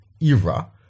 era